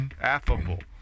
Affable